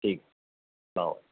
ٹھیک اسلام وعلیکم